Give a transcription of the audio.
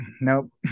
Nope